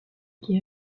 qui